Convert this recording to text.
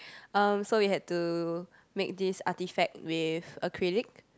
um so we had to make this artifact with acrylic